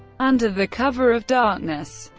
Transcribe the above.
under the cover of darkness,